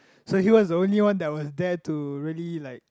so he was the only one that was there to really like